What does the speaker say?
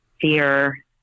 fear